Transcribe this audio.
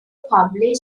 published